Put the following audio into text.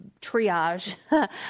triage